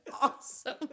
Awesome